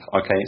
Okay